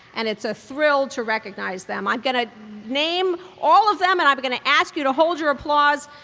and it's a thrill to recognize them. i'm going to name all of them and i'm going to ask you to hold your applause.